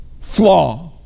flaw